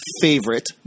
favorite